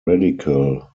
radical